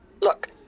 Look